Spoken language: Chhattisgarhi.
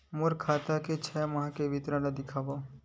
मोर खाता के छः माह के विवरण ल दिखाव?